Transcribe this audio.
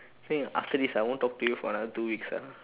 I think after this I won't talk to you for another two weeks ah